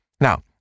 Now